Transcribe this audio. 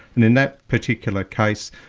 and in that particular case,